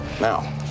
Now